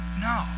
No